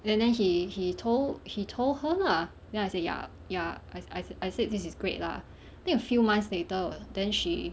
then then he he told he told her lah then I said ya ya I I I said this is great lah think a few months later then she